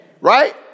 right